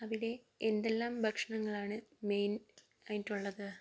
അവിടെ എന്തെല്ലാം ഭക്ഷണങ്ങളാണ് മെയിൻ ആയിട്ടുള്ളത്